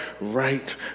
right